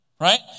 right